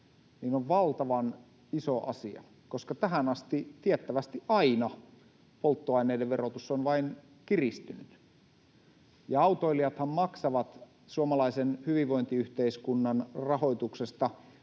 on valtavan iso asia, koska tähän asti tiettävästi aina polttoaineiden verotus on vain kiristynyt. Autoilijathan maksavat suomalaisen hyvinvointiyhteiskunnan rahoituksesta